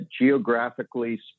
geographically